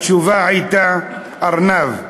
התשובה הייתה: ארנב.